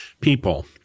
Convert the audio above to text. people